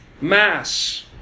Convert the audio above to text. Mass